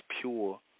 pure